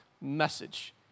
message